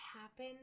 happen